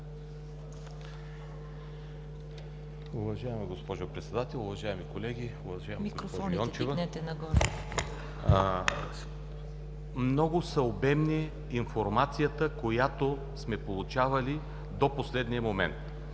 много е обемна информацията, която сме получавали до последния момент.